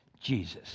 Jesus